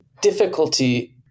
difficulty